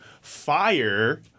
fire